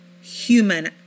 human